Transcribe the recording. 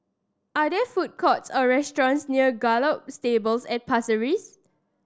are there food courts or restaurants near Gallop Stables at Pasir Ris